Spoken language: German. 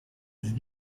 ist